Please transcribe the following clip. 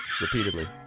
repeatedly